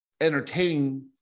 entertaining